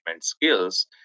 skills